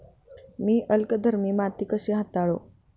मी अल्कधर्मी माती कशी हाताळू?